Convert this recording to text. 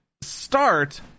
start